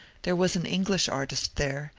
there was an english artist there,